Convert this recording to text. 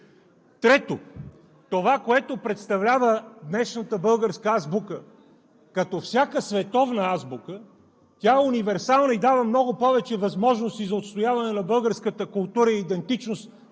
Трето, това, което представлява днешната българска азбука. Като всяка световна азбука, тя е универсална и дава много повече възможности за отстояване на българската култура и идентичност